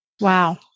Wow